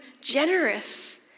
generous